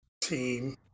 team